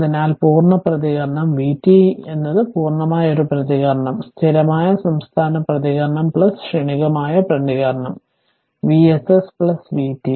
അതിനാൽ പൂർണ്ണ പ്രതികരണം vt എന്നത് പൂർണ്ണമായ പ്രതികരണം സ്ഥിരമായ സംസ്ഥാന പ്രതികരണം ക്ഷണികമായ പ്രതികരണം Vss vt